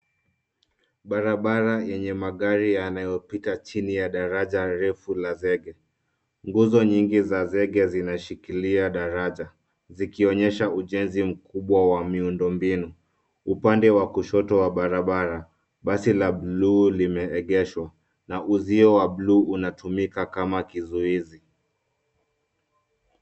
Barabara yenye magari yanayopita chini ya daraja refu la zege. Nguzo nyingi za zege zinashikilia daraja zikionyesha ujenzi mkubwa wa miundo mbinu. Upande wa kushoto wa barabara basi la blue limeegeshwa na uzio wa blue unatumika kama kizuizi.